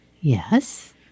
Yes